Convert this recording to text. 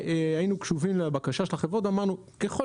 היינו קשובים לבקשה של החברות ואמרנו שככל